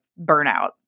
burnout